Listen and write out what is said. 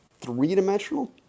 three-dimensional